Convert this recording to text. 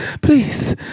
Please